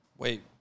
Wait